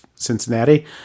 Cincinnati